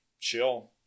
chill